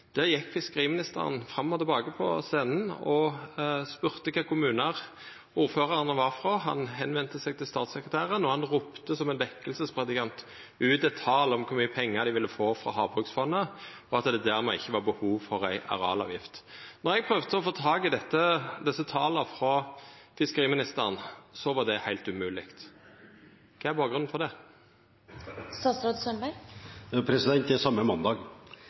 Der gjekk fiskeriministeren fram og tilbake på scenen og spurde kva for kommunar ordførarane var frå. Han vende seg til statssekretæren, og han ropte som ein vekkingspredikant ut eit tal på kor mykje pengar dei ville få frå havbruksfondet, og at det dermed ikkje var behov for ei arealavgift. Då eg prøvde å få tak i desse tala frå fiskeriministeren, var det heilt umogleg. Kva er bakgrunnen for det? Det er